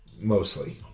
Mostly